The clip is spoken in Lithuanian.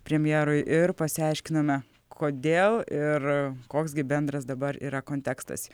premjerui ir pasiaiškinome kodėl ir koks gi bendras dabar yra kontekstas